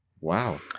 Wow